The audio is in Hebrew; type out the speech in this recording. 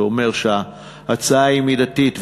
אומר שההצעה היא מידתית,